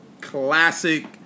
classic